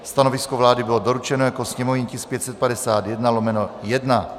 Stanovisko vlády bylo doručeno jako sněmovní tisk 551/1.